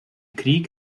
krieg